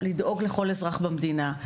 הוא לדאוג לכל אזרח במדינה.